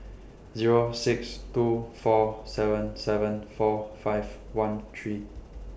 Zero six two four seven seven four five one three